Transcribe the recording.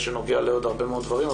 שנוגע לעוד הרבה מאוד דברים,